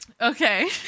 Okay